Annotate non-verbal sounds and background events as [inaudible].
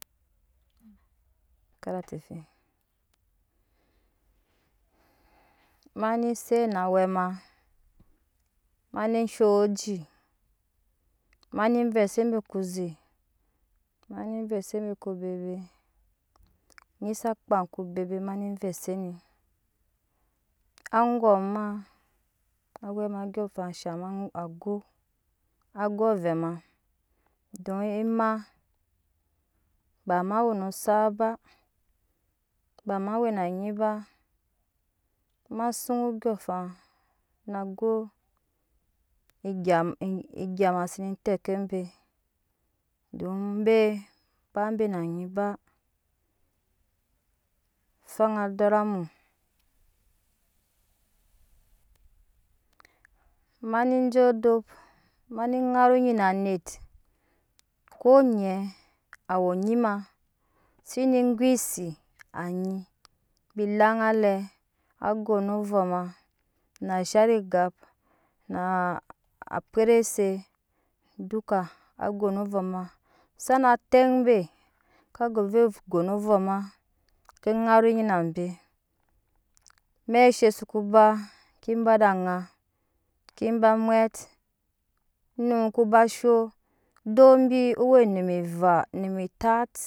[noise] ma na set na awɛ ma mane shop oji mane vve se be oko oze mane vɛ se be oke bebet anyi sa kpa oko bebt mane vɛ se ni angom ma awɛ ma ondyɔɔŋafan shan ma ago ago avɛɛ ma domi ema ba ma we n osak ba dama wena anyi ba ma sun andyɔɔŋafan na go egya egya ma sene teke be don be ba be na nyi afan dɔra mu mani jo odop mani dara onyi na anet ko nyɛ wo onyi ma zene go esi anyi bi langale agono ovɔɔ ma na azhare egap naa pwetresi duka agono ovɔɔma sana teŋ be gove gono ovɔɔ ma ke nara onyi nbe amɛk oshe soko ba ke ba ede aŋa kebe mwet onum etat